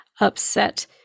upset